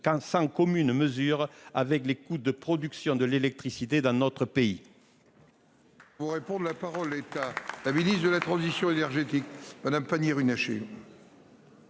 sans commune mesure avec les coûts de production de l'électricité dans notre pays.